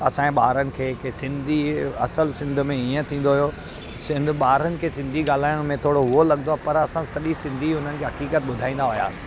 असांजे ॿारनि खे के सिंधी असल सिंध में हीअं थींदो हुओ सिंध ॿारनि खे सिंधी ॻाल्हाइण में थोरो उहो लॻंदो आहे पर असां सॼी सिंधी उन्हनि खे हक़ीक़त ॿुधाईंदा हुआसीं